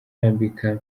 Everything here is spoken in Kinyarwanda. yambika